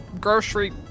Grocery